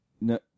No